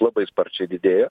labai sparčiai didėjo